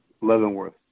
Leavenworth